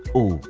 oh,